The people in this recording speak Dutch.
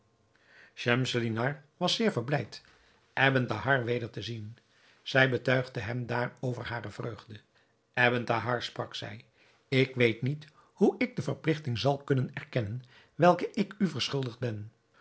schemselnihar was zeer verblijd ebn thahar weder te zien zij betuigde hem daarover hare vreugde ebn thahar sprak zij ik weet niet hoe ik de verpligting zal kunnen erkennen welke ik u verschuldigd ben